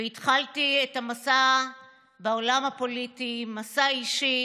והתחלתי את המסע בעולם הפוליטי, מסע אישי